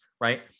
right